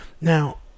now